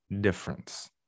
difference